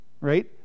right